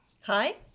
Hi